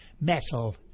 metal